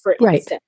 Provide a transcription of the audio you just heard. Right